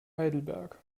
heidelberg